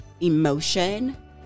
emotion